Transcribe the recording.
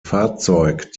fahrzeug